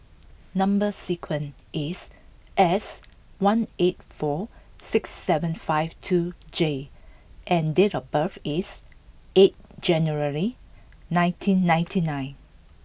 number sequence is S one eight four six seven five two J and date of birth is eight January nineteen ninety nine